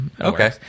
Okay